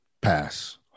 Pass